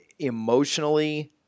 emotionally